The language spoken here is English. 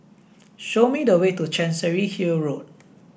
show me the way to Chancery Hill Road